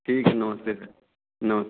ठीक है नमस्ते फिर नमस